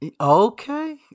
Okay